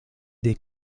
des